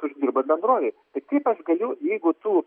uždirba bendrovei kaip aš galiu jeigu tu